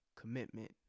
commitment